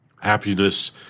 Happiness